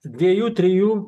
dviejų trijų